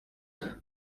growth